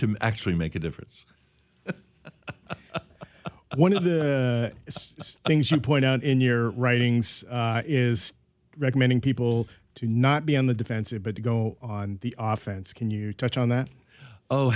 to actually make a difference one of the things you point out in your writings is recommending people to not be on the defensive but to go on the off chance can you touch on that oh